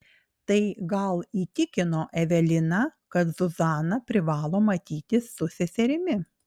tai gal įtikino eveliną kad zuzana privalo matytis su seserimi